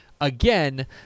again